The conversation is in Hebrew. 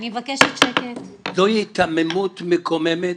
זו היתממות מקוממת,